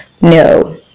No